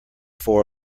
four